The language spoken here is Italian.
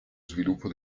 sviluppo